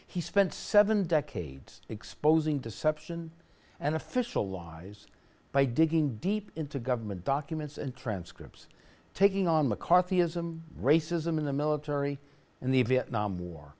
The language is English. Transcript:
he spent seven decades exposing deception and official lies by digging deep into government documents and transcripts taking on mccarthyism racism in the military and the vietnam war